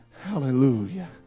Hallelujah